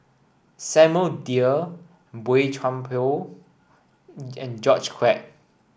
Samuel Dyer Boey Chuan Poh and George Quek